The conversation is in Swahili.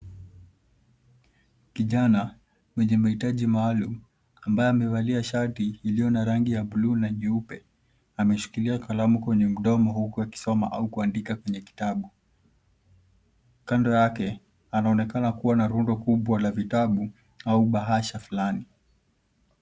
Kijana mwenye mahitaji maalum ambaye amevalia shati iliyo na rangi ya buluu na nyeupe. Ameshikilia kalamu kwenye mdomo huku akisoma au kuandika kwenye kitabu. Kando yake anaonekana kuwa na rundo kubwa la vitabu au bahasha fulani.